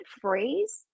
phrase